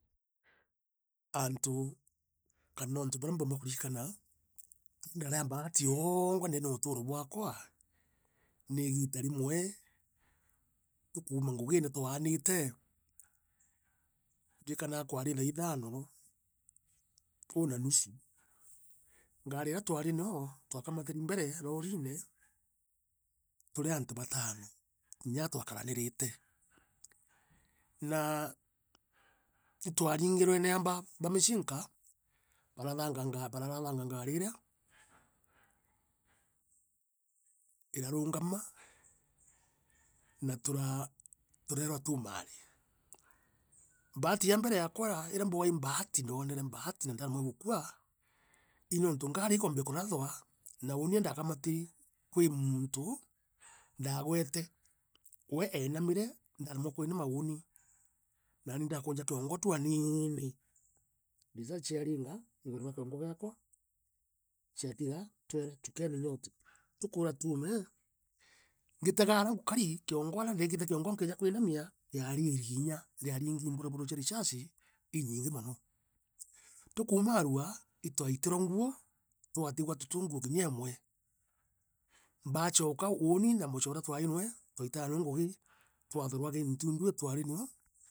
Anto kana antu burea mbuumba kurikana aria ndaari a mbaati oongwa ndeene ye uturo bwakwa ni igita rimwe tukkuma ngugine twanite ndikana kwari thaa ithano uu na nusu. Ngari iria twari noo twakamatiri mbere roorine turi antu bataano inya atwakaranirote na itwavingirwe ni ambaba michinka bararathanga ngari irea iraruugama na furaa turearwa tuumare. Mbaati ya mbere yaakwa iria mbugaa i mbaati ndoonere mbaati na ndoona igukua rie untungaari i kwambia kurathwa no uuni aandaakamatiri kwa muuntu ndaagwete we eenamire ndaremwa kwinoma uuni nani ndaakunja kiongo tu aniini risasi chiaringa iguru ria kiongo giaakwa atiga twerwa shukeni nyote. Tukwirwa fuume ngitegaaria ngukori kiongoaria ndekite kiongo nikiija kwinanda riari irinya riaringi i mberobero cia risasi iinyingi mono tukwamarwa itwaitivwa nguo tuutiguia tuti nguo kinyemwe baachoka uoni na muchoore new fwaitaa new ngui twathurua kintundu ii twari noo.